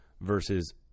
versus